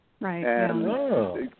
Right